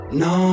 no